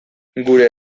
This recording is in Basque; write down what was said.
gure